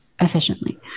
efficiently